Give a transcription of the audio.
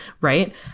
Right